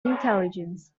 intelligence